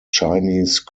chinese